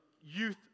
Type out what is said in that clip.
youth